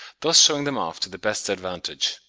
thus shewing them off to the best advantage.